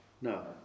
No